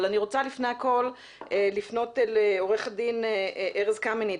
לפני כן אני רוצה לפנות לעורך דין ארז קמיניץ,